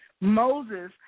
Moses